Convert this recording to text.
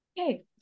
Okay